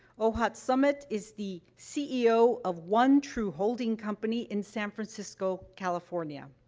ohad samet is the ceo of one true holding company in san francisco, california.